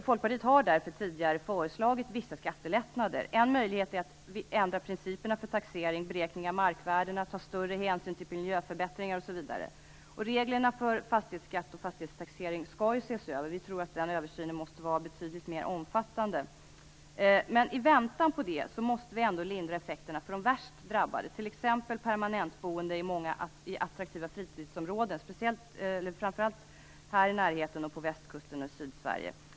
Folkpartiet har därför tidigare föreslagit vissa skattelättnader. Några möjligheter är att ändra principerna för taxering och beräkning av markvärden och att ta större hänsyn till miljöförbättringar osv. Reglerna för fastighetsskatt och fastighetstaxering skall ju ses över. Vi tror att översynen måste vara betydligt mer omfattande. Men i väntan på översynen måste vi ändå lindra effekterna för de värst drabbade, t.ex. permanentboende i attraktiva fritidsområden framför allt i Stockholmsområdet, på västkusten och i sydsverige.